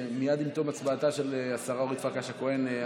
(קוראת בשם חברת הכנסת) אורית פרקש הכהן,